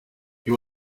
you